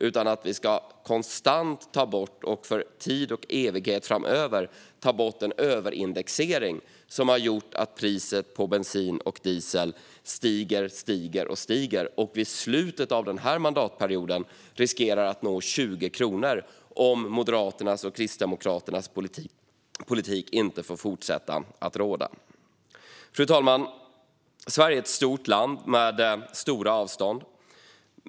I stället ska vi konstant, för tid och evighet framöver, ta bort den överindexering som har gjort att priset på bensin och diesel stiger och stiger och i slutet av denna mandatperiod riskerar att nå 20 kronor, om inte Moderaternas och Kristdemokraterna politik får fortsätta råda. Fru talman! Sverige är ett stort land med stora avstånd.